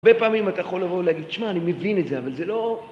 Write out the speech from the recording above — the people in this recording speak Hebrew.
הרבה פעמים אתה יכול לבוא ולהגיד, שמע, אני מבין את זה, אבל זה לא...